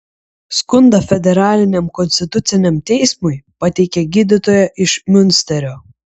skundą federaliniam konstituciniam teismui pateikė gydytoja iš miunsterio